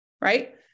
right